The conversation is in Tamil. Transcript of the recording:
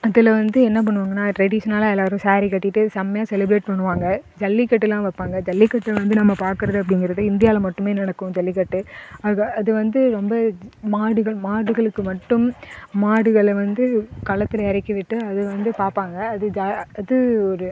அதில் வந்து என்ன பண்ணுவாங்கனா ட்ரெடிஷ்னல்லாக எல்லாரும் சாரீ கட்டிகிட்டு செமையாக செலிப்ரேட் பண்ணுவாங்க ஜல்லிக்கட்டெல்லாம் வைப்பாங்க ஜல்லிக்கட்டு வந்து நம்ம பார்க்குறது அப்படிங்கறது இந்தியாவில் மட்டும் நடக்கும் ஜல்லிக்கட்டு அதுக்காக அது வந்து ரொம்ப மாடுகள் மாடுகளுக்கு மட்டும் மாடுகள் வந்து களத்தில் இறக்கிவிட்டு அது வந்து பார்ப்பாங்க அது ஜா அது ஒரு